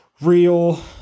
real